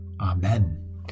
Amen